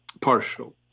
partial